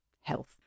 health